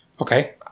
Okay